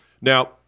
Now